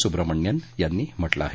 सुब्रमणिअन यांनी म्हटलं आहे